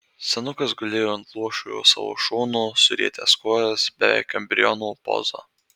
senukas gulėjo ant luošojo savo šono surietęs kojas beveik embriono poza